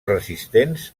resistents